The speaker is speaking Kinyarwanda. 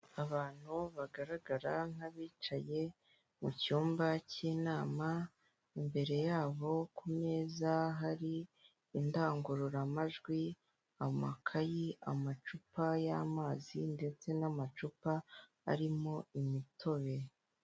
Abantu bagaragara nk'abicaye mu cyumba cy'inama, imbere yabo ku meza hari indangururamajwi, amakayi, amacupa y'amazi ndetse n'amacupa arimo imitobe.